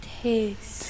taste